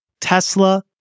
Tesla